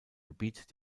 gebiet